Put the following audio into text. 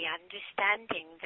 understanding